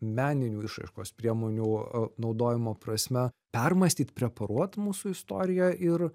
meninių išraiškos priemonių a naudojimo prasme permąstyt preparuot mūsų istoriją ir